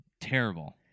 terrible